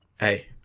Hey